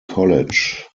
college